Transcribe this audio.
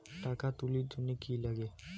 টাকা তুলির জন্যে কি লাগে?